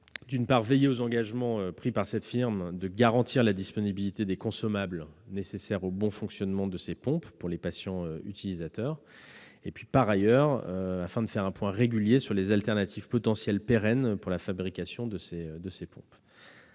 d'une part, veiller aux engagements pris par cette firme de garantir la disponibilité des consommables nécessaires au bon fonctionnement de ces pompes pour les patients utilisateurs, et, d'autre part, faire un point régulier sur les alternatives potentielles pérennes pour la fabrication de ces pompes.